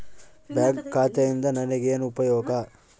Bank ಖಾತೆಯಿಂದ ನನಗೆ ಏನು ಉಪಯೋಗ?